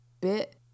bit